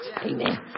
Amen